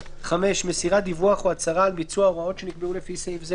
(5) מסירת דיווח או הצהרה על ביצוע ההוראות שנקבעו לפי סעיף זה,